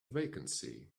vacancy